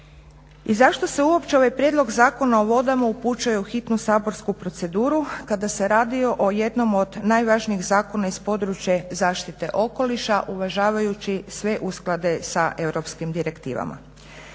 I zašto se uopće ovaj Prijedlog zakona o vodama upućuje u hitnu saborsku proceduru kada se radi o jednom od najvažnijih zakona iz područja zaštite okoliša uvažavajući sve usklade sa europskim direktivama.